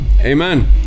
amen